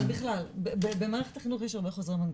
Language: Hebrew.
בכלל, במערכת החינוך יש הרבה חוזרי מנכ"ל,